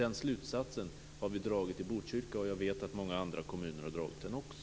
Den slutsatsen har vi dragit i Botkyrka, och jag vet att många andra kommuner har dragit den också.